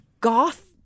goth